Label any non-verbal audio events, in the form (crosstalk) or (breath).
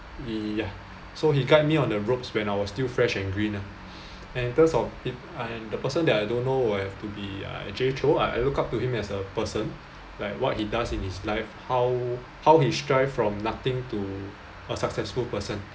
ya so he guide me on the ropes when I was still fresh and green ah (breath) and in terms of it and the person that I don't know will have to be uh jay chou I look up to him as a person like what he does in his life how how he strive from nothing to a successful person